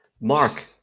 Mark